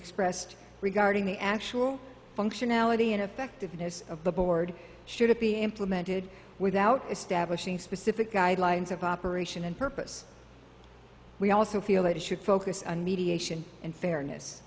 expressed regarding the actual functionality and effectiveness of the board should it be implemented without establishing specific guidelines of operation and purpose we also feel it should focus on mediation and fairness